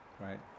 right